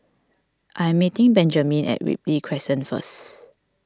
I am meeting Benjamine at Ripley Crescent first